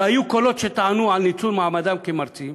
והיו קולות שטענו על ניצול מעמדם כמרצים,